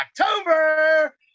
October